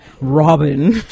Robin